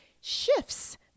shifts